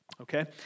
Okay